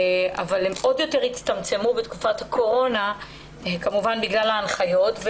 אבל הם עוד יותר הצטמצמו בתקופת הקורונה כמובן בגלל ההנחיות,